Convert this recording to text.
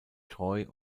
troy